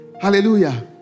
Hallelujah